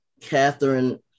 Catherine